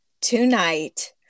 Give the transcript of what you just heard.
tonight